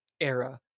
era